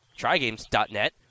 Trygames.net